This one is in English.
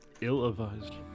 Ill-advised